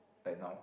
like now